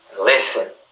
Listen